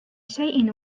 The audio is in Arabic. شيء